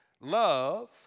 love